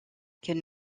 qu’elle